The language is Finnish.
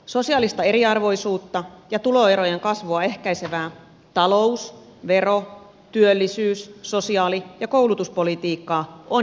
sosiaalista eriarvoisuutta ja tuloerojen kasvua ehkäisevää talous vero työllisyys sosiaali ja koulutuspolitiikkaa on jatkettava